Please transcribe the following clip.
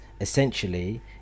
essentially